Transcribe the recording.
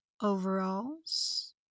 overalls